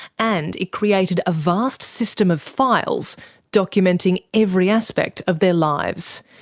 and it created a vast system of files documenting every aspect of their lives.